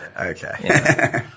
Okay